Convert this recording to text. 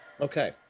okay